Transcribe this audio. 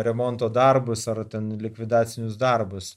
remonto darbus ar ten likvidacinius darbus